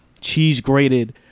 cheese-grated